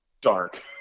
dark